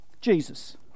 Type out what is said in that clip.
Jesus